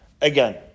again